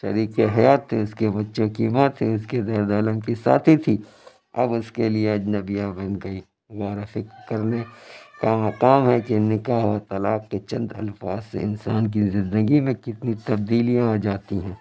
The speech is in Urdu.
شریک حیات تھی اس کے بچوں کی ماں تھی اس کے درد و الم کی ساتھی تھی اب اس کے لیے اجنبیہ بن گئی غور و فکر کرنے کا مقام ہے کہ نکاح و طلاق کے چند الفاظ سے انسان کی زندگی میں کتنی تبدیلیاں آ جاتی ہیں